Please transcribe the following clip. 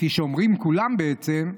כפי שאומרים כולם בעצם,